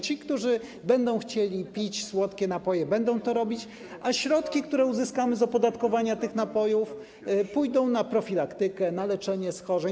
Ci, którzy będą chcieli pić słodkie napoje, będą to robić, a środki, które uzyskamy z opodatkowania tych napojów, pójdą na profilaktykę, na leczenie schorzeń.